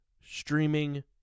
streaming